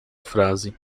frase